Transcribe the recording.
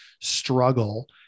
struggle